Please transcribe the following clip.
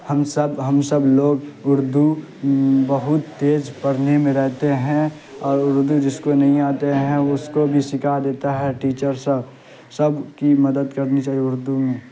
ہم سب ہم سب لوگ اردو بہت تیز پڑھنے میں رہتے ہیں اور اردو جس کو نہیں آتے ہیں اس کو بھی سکھا دیتا ہے ٹیچر سر سب کی مدد کرنی چاہیے اردو میں